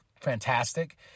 fantastic